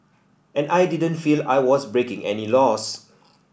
and I didn't feel I was breaking any laws